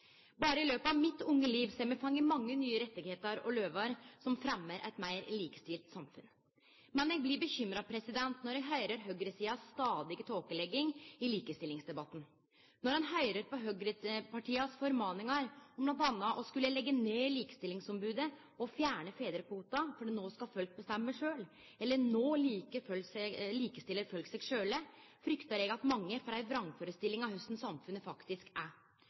Berre i løpet av mitt unge liv har me fått mange rettar og lover som fremmar eit meir likestilt samfunn. Men eg blir bekymra når eg høyrer høgresidas stadige tåkelegging i likestillingsdebatten. Når ein høyrer på høgrepartias formaningar om m.a. å leggje ned likestillingsombodet og fjerne fedrekvoten, fordi no skal folk bestemme sjølv, eller at no likestiller folk seg sjølve, fryktar eg at mange får ei vrangførestelling av korleis samfunnet faktisk er.